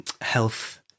health